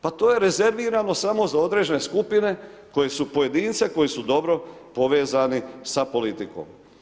Pa to je rezervirano samo za određene skupine, koje su pojedince, koji su dobro povezani sa politikom.